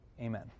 amen